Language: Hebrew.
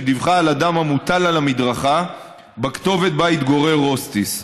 שדיווחה על אדם המוטל על המדרכה בכתובת שבה התגורר רוסטיס.